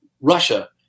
Russia